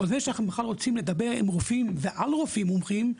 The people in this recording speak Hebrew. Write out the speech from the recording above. עוד לפני שאנחנו בכלל רוצים לדבר עם רופאים ועל רופאים מומחים.